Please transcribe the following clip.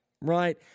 Right